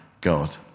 God